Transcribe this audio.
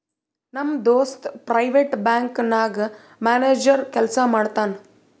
ನಮ್ ದೋಸ್ತ private bank ನಾಗ್ ಮ್ಯಾನೇಜರ್ ಕೆಲ್ಸಾ ಮಾಡ್ತಾನ್